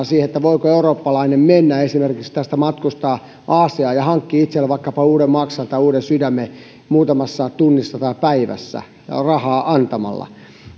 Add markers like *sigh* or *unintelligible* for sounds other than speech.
*unintelligible* siihen voiko eurooppalainen esimerkiksi matkustaa aasiaan ja hankkia itselleen vaikkapa uuden maksan tai uuden sydämen muutamassa tunnissa tai päivässä rahaa antamalla